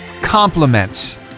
compliments